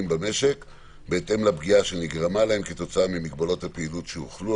במשק בהתאם לפגיעה שנגרמה להם כתוצאה ממגבלות הפעילות שהוחלו